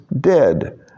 dead